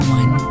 one